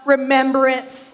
remembrance